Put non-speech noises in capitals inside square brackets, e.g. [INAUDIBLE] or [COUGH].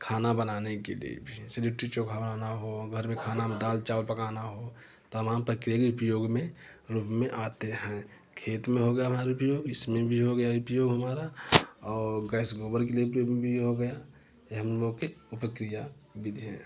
खाना बनाने के लिए जैसे लिट्टी चोखा बनाना हो घर में खाना दाल चावल पकाना हो तमाम प्रक्रिया कि उपयोग में रूप में आते हैं खेत में हो गया [UNINTELLIGIBLE] उपयोग इसमें भी हो गया उपयोग हमारा और गैस गोबर के लिए [UNINTELLIGIBLE] गया ये हम लोग के प्रक्रिया विधि है